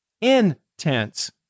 intense